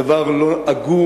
הדבר לא הגון,